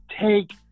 take